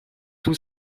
tout